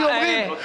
לי אומרים.